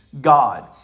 God